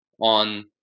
on